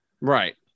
Right